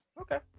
Okay